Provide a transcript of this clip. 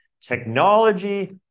technology